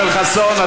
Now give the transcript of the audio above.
אתה קשקשן.